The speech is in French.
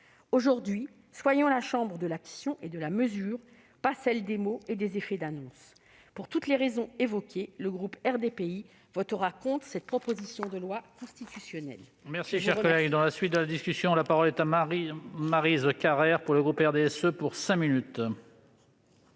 Aujourd'hui, soyons la chambre de l'action et de la mesure, pas celle des mots et des effets d'annonce. Pour toutes les raisons évoquées, le groupe RDPI votera contre cette proposition de loi constitutionnelle.